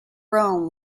rome